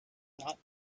not